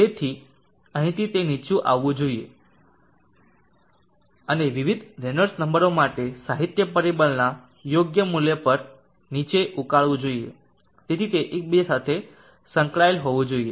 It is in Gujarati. તેથી અહીંથી તે નીચે આવવું જોઈએ અને વિવિધ રેનોલ્ડ્સ નંબરો માટે સાહિત્ય પરિબળના યોગ્ય મૂલ્ય પર નીચે ઉકાળવું જોઈએ તેથી તે એકબીજા સાથે સંકળાયેલ હોવું જોઈએ